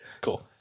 cool